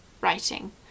writing